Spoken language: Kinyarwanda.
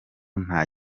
nta